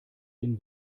den